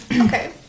Okay